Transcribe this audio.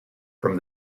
from